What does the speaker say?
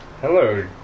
hello